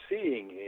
seeing